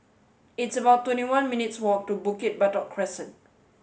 it's about twenty one minutes' walk to Bukit Batok Crescent